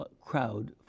crowd